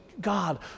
God